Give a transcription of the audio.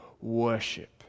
worship